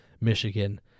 Michigan